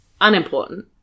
unimportant